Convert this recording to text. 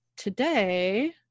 today